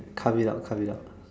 cut it out cut it out